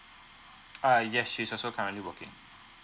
uh yes she's also currently working